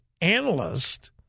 analyst